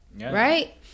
Right